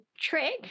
trick